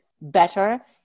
better